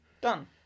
Done